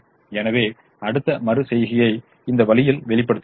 எனவே அடுத்த மறு செய்கையை இந்த வழியில் வெளிப்படுத்திகிறோம்